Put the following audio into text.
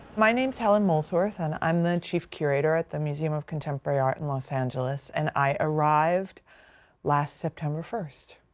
my name is helen molesworth and i'm the chief curator at the museum of contemporary art in los angeles. and i arrived last september first.